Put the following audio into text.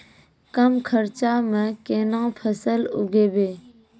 कम खर्चा म केना फसल उगैबै?